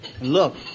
Look